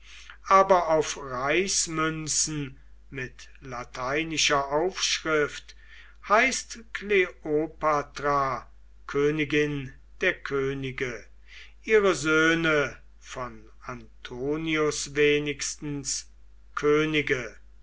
aber auf reichsmünzen mit lateinischer aufschrift heißt kleopatra königin der könige ihre söhne von antonius wenigstens könige